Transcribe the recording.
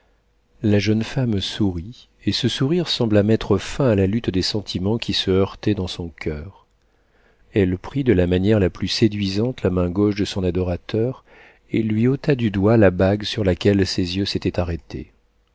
la jeune femme sourit et ce sourire sembla mettre fin à la lutte des sentiments qui se heurtaient dans son coeur elle prit de la manière la plus séduisante la main gauche de son adorateur et lui ôta du doigt la bague sur laquelle ses yeux s'étaient arrêtés